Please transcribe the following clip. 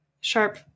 sharp